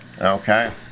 okay